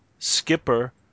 skipper